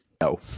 No